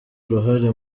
uruhare